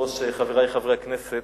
היושב-ראש, חברי חברי הכנסת,